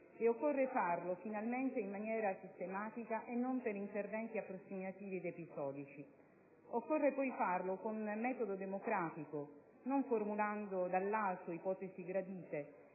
e occorre farlo, finalmente, in maniera sistematica e non per interventi approssimativi ed episodici. Occorre poi farlo con metodo democratico, non formulando dall'alto ipotesi gradite,